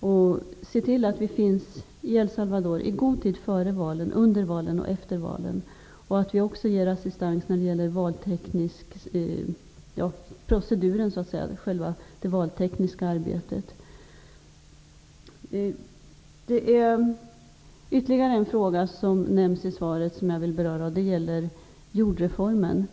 och se till att vi finns närvarande i El Salvador i god tid före valen, under valen och efter valen och att vi också ger assistans med proceduren och själva det valtekniska arbetet. Jag vill beröra ytterligare en fråga som nämns i svaret. Det gäller jordreformen.